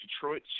Detroit